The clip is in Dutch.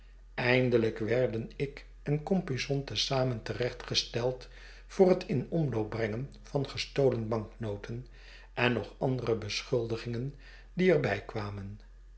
eindelijk werden ik en compeyson te zamen terechtgesteld voor het in omloop brengen van gestolen banknoten en nog andere beschuldigingen die er by kwamen